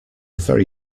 very